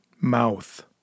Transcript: Mouth